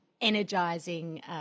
energising